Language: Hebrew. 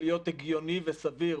להיות הגיוני וסביר,